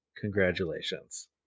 Congratulations